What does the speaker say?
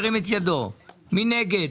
מי נגד?